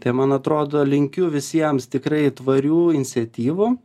tai man atrodo linkiu visiems tikrai tvarių iniciatyvų